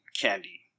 candy